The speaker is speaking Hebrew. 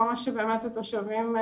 כל מה שבאמת התושבים,